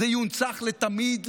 זה יונצח לתמיד,